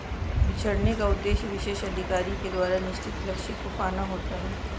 बिछड़ने का उद्देश्य विशेष अधिकारी के द्वारा निश्चित लक्ष्य को पाना होता है